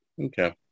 Okay